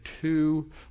two